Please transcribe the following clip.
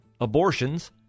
abortions